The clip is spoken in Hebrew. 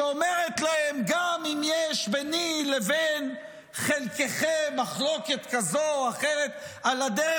שאומרת להם: גם אם יש ביני לבין חלקכם מחלוקת כזאת או אחרת על הדרך,